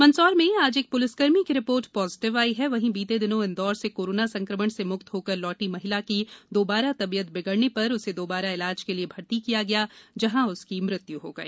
मंदसौर में आज एक पुलिसकर्मी की रिपोर्ट पॉजिटिव आई है वहीं बीते दिनों इंदौर से कोरोना संकमण से मुक्त होकर लौटी महिला की दोबारा तवियत बिगड़ने पर उसे दोबारा इलाज के लिए भर्ती किया गया जहां उसकी मृत्यु हो गई